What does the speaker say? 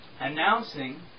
announcing